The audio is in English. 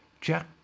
Jack